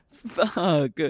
fuck